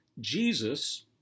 Jesus